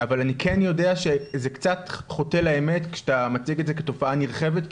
אבל אני כן יודע שזה קצת חוטא לאמת כשאתה מציג את זה כתופעה נרחבת,